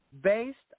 Based